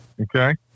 Okay